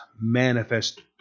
manifest